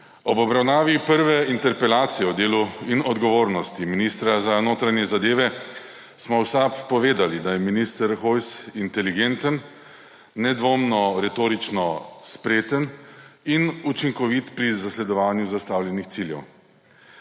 Ob obravnavi prve interpelacije o delu in odgovornosti ministra za notranje zadeve smo v SAB povedali, da je minister Hojs inteligenten, nedvomno retorično spreten in učinkovit pri zasledovanju zastavljenih ciljev.